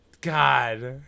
God